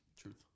Truth